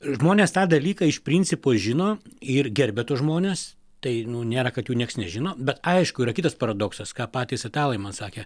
žmonės tą dalyką iš principo žino ir gerbia tuos žmones tai nu nėra kad jų nieks nežino bet aišku yra kitas paradoksas ką patys italai man sakė